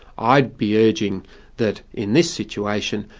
i'd be urging that, in this situation,